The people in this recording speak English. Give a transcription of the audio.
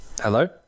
Hello